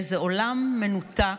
באיזה עולם מנותק,